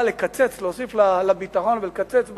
אבל לקצץ, להוסיף לביטחון ולקצץ בחינוך,